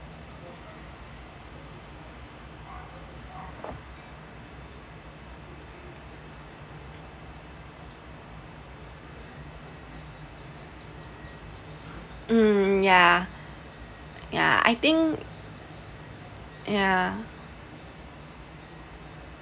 um yeah yeah I think yeah